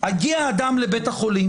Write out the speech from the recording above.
הגיע אדם לבית החולים,